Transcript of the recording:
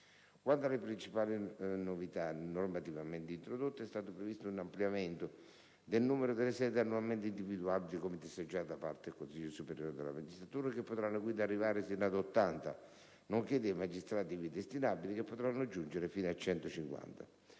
Quanto alle principali novità normativamente introdotte, è stato previsto un ampliamento del numero delle sedi annualmente individuabili come disagiate da parte del Consiglio superiore della magistratura (che potranno quindi arrivare sino ad ottanta), nonché dei magistrati ivi destinabili (che potranno giungere fino a